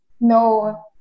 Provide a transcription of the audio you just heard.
no